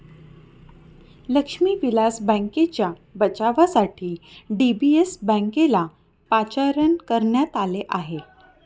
लक्ष्मी विलास बँकेच्या बचावासाठी डी.बी.एस बँकेला पाचारण करण्यात आले आहे